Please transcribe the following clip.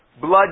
blood